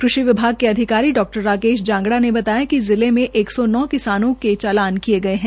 कृषि विभाग के अधिकारी डा राकेश जोगड़ा ने बताया कि जिले मैं एक सौ नौ किसानों को चालान किए गये है